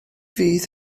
fydd